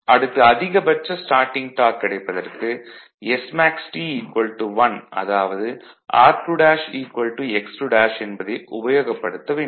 அடுத்து அதிகபட்ச starting torque கிடைப்பதற்கு smaxT 1 அதாவது r2 x2 என்பதை உபயோகப்படுத்த வேண்டும்